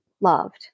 loved